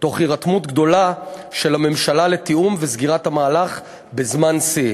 תוך הירתמות גדולה של הממשלה לתיאום ולסגירת המהלך בזמן שיא.